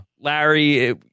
Larry